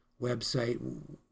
website